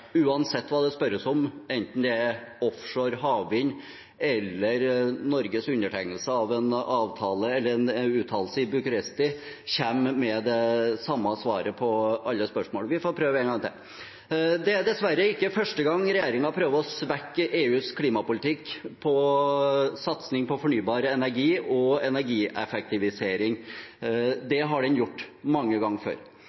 uansett hva det spørres om, enten det er offshore havvind eller Norges undertegnelse av en avtale eller en uttalelse i Bucure?ti, kommer med det samme svaret på alle spørsmål. Vi får prøve en gang til. Det er dessverre ikke første gang regjeringen prøver å svekke EUs klimapolitikk for satsing på fornybar energi og energieffektivisering.